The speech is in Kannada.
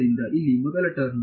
ಆದ್ದರಿಂದ ಇಲ್ಲಿ ಮೊದಲ ಟರ್ಮ್